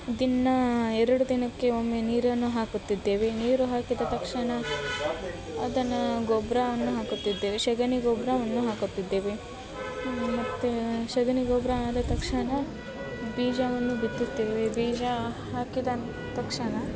ದಿನಾ ಎರಡು ದಿನಕ್ಕೆ ಒಮ್ಮೆ ನೀರನ್ನು ಹಾಕುತ್ತಿದ್ದೇವೆ ನೀರು ಹಾಕಿದ ತಕ್ಷಣ ಅದನ್ನು ಗೊಬ್ಬರವನ್ನು ಹಾಕುತ್ತಿದ್ದೇವೆ ಸೆಗಣಿ ಗೊಬ್ಬರವನ್ನು ಹಾಕುತ್ತಿದ್ದೇವೆ ಮತ್ತು ಸೆಗಣಿ ಗೊಬ್ಬರ ಆದ ತಕ್ಷಣ ಬೀಜವನ್ನು ಬಿತ್ತುತ್ತೇವೆ ಬೀಜ ಹಾಕಿದ ತಕ್ಷಣ